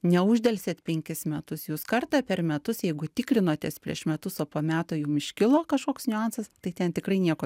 neuždelsėt penkis metus jūs kartą per metus jeigu tikrinotės prieš metus o po metų jum iškilo kažkoks niuansas tai ten tikrai nieko